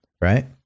Right